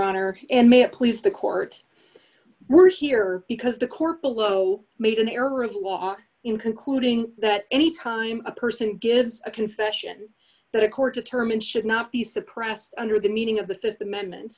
honor and may it please the court we're here because the court below made an error of law in concluding that any time a person gives a confession that a court determined should not be suppressed under the meaning of the th amendment